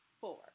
four